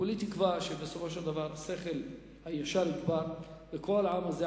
כולי תקווה שבסופו של דבר השכל הישר יגבר וכל העם הזה,